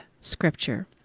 scripture